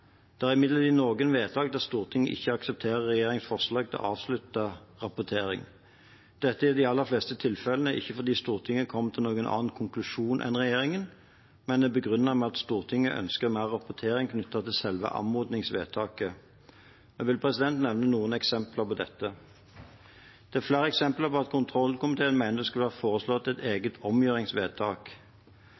er imidlertid noen vedtak der Stortinget ikke aksepterer regjeringens forslag til avsluttet rapportering. Dette er i de aller fleste tilfellene ikke fordi Stortinget kom til noen annen konklusjon enn regjeringen, men er begrunnet med at Stortinget ønsker mer rapportering knyttet til selve anmodningsvedtaket. Jeg vil nevne noen eksempler på dette. Det er flere eksempler på at kontrollkomiteen mener det skulle vært foreslått et eget omgjøringsvedtak.